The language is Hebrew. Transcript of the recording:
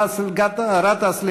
באסל גטאס,